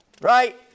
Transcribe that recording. right